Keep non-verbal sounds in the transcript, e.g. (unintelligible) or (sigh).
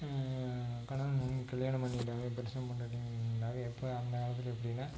கணவன் மனைவி கல்யாணம் பண்ணிக்கிட்டாலே புருஷனும் பொண்டாட்டியும் (unintelligible) எப்போயே அந்தக் காலத்தில் எப்படின்னா